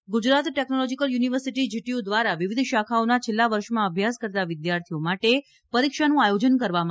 GTU પરીક્ષા Gujarat technological university GTU દ્વારા વિવિધ શાખાઓના છેલ્લા વર્ષમાં અભ્યાસ કરતા વિદ્યાર્થીઓ માટે પરીક્ષાનું આયોજન કરવામાં આવ્યું છે